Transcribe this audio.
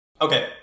Okay